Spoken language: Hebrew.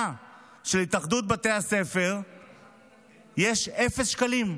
לכך שבתקנה של התאחדות בתי הספר יש אפס שקלים.